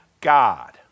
God